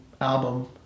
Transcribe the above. album